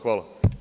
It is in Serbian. Hvala.